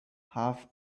half